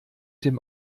dem